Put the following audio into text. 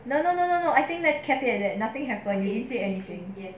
no no no no no I think let's kept it as it you didn't says anything